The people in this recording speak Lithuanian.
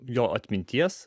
jo atminties